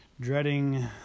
dreading